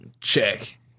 Check